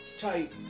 tight